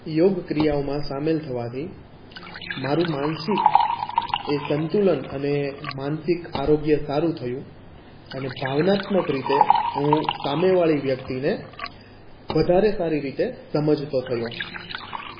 યોગ ક્રિયાઓમાં સામેલ થવાથી મારું માનસિક એ સંતુલન અને માનસિક આરોગ્ય સારું થયું અને ભાવનાત્મક રીતે હું સામેવાળી વ્યક્તિને વધારે સારી રીતે સમજતો થયો